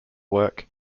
work